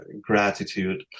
gratitude